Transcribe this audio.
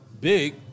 big